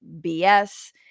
BS